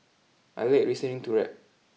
I like listening to rap